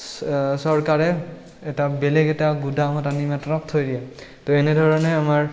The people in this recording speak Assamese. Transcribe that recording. চৰকাৰে এটা বেলেগ এটা গোদামত আনি মাত্ৰ থৈ দিয়ে তো এনেধৰণে আমাৰ